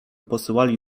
posyłali